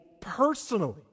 personally